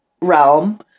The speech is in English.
realm